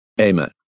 Amen